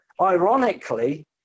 ironically